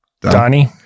Donnie